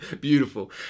Beautiful